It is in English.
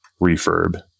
refurb